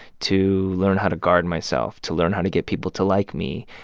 to learn how to guard myself, to learn how to get people to like me,